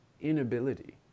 inability